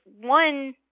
one